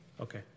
okay